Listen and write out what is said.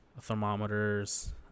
thermometers